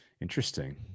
Interesting